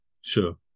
sure